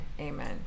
Amen